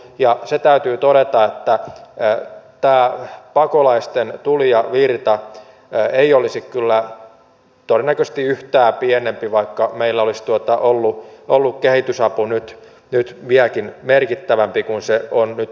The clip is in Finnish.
ja se täytyy todeta että tämä pakolaisten tulijavirta ei olisi kyllä todennäköisesti yhtään pienempi vaikka meillä olisi ollut kehitysapu vieläkin merkittävämpi kuin se on nyt ollut